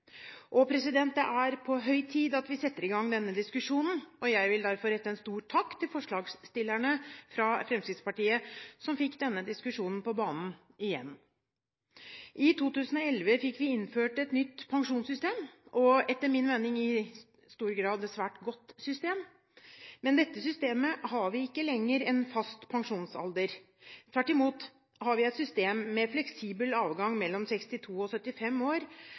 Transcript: Det er på høy tid at vi setter i gang denne diskusjonen. Jeg vil derfor rette en stor takk til forslagsstillerne fra Fremskrittspartiet som fikk denne diskusjonen på banen – igjen. I 2011 fikk vi innført et nytt pensjonssystem, og – etter min mening – i stor grad et svært godt system. Med dette systemet har vi ikke lenger en fast pensjonsalder, tvert imot har vi et system med fleksibel avgang mellom 62 år og 75 år,